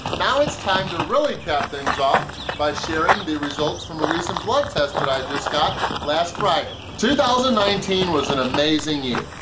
now it's time to really cap things off by sharing the results from a recent blood test that i just got last friday. two thousand and nineteen was an amazing year,